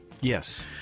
Yes